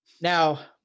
Now